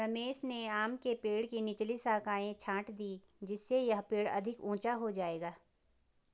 रमेश ने आम के पेड़ की निचली शाखाएं छाँट दीं जिससे यह पेड़ अधिक ऊंचा हो जाएगा